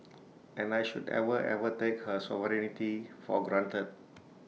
and I should ever ever take her sovereignty for granted